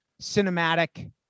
cinematic